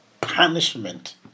Punishment